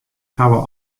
hawwe